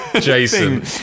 Jason